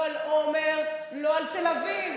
לא על עומר ולא על תל אביב.